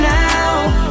now